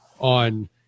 on